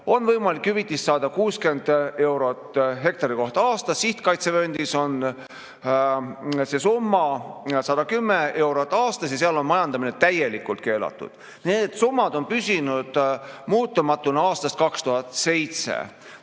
on võimalik hüvitist saada 60 eurot hektari kohta aastas. Sihtkaitsevööndis on see summa 110 eurot aastas ja seal on majandamine täielikult keelatud. Need summad on püsinud muutumatuna aastast 2007.